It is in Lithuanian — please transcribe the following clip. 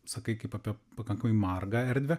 sakai kaip apie pakankamai margą erdvę